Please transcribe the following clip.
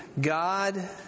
God